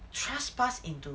trespass into